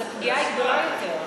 אז הפגיעה היא גדולה יותר.